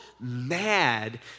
mad